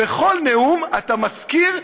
בכל נאום אתה מזכיר,